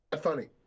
funny